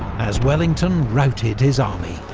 as wellington routed his army.